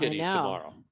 tomorrow